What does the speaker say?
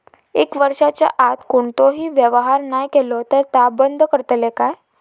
एक वर्षाच्या आत कोणतोही व्यवहार नाय केलो तर ता बंद करतले काय?